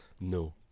No